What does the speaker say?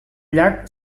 llac